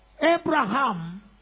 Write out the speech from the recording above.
Abraham